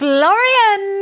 Florian